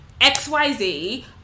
XYZ